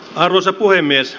arvoisa puhemies